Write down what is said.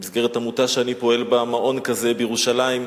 במסגרת עמותה שאני פועל בה, מעון כזה בירושלים,